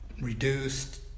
reduced